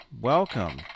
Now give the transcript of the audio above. welcome